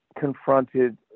confronted